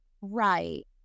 Right